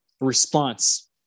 response